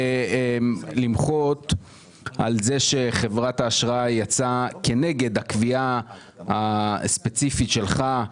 רוצה למחות על זה שחברת דירוג האשראי יצאה כנגד הקביעה הספציפית שלך,